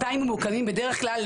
מתי ממוקמים בדרך כלל